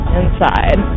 inside